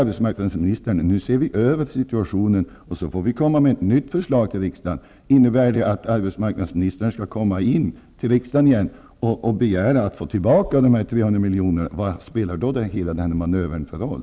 Arbetsmarknadsministern säger att situationen ses över och att ett nytt förslag skall föreläggas riskdagen. Innebär det att arbetsmarknadsminis tern skall komma till riskdagen och begära att få tillbaka dessa 300 milj.kr.? Vad spelar då hela denna manöver för roll?